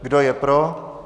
Kdo je pro?